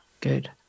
Good